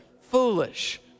foolish